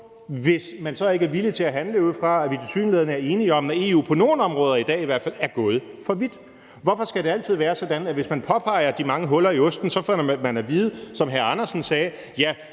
hvis man så ikke er villig til at handle ud fra, at vi tilsyneladende er enige om, at EU på nogle områder i dag i hvert fald er gået for vidt? Hvorfor skal det altid være sådan, at hvis man påpeger de mange huller i osten, får man at vide, som hr. Hans Andersen sagde,